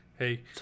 Hey